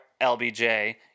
LBJ